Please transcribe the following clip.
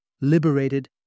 Liberated